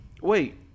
wait